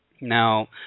Now